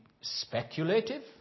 speculative